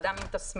אדם עם תסמינים,